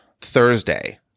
Thursday